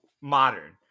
modern